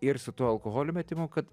ir su tuo alkoholio metimu kad